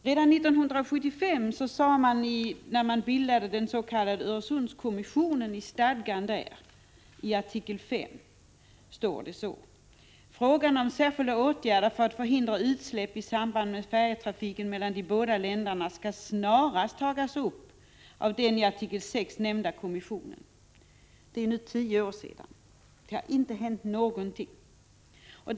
Redan 1975, när man bildade den s.k. Öresundskommissionen, sade mani artikel 5 i stadgan: ”Frågan om särskilda åtgärder för att förhindra utsläpp i samband med färjetrafiken mellan de båda länderna skall snarast tagas upp av den i artikel 6 nämnda kommissionen.” Det är nu tio år sedan, och det har inte hänt någonting.